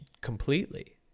Completely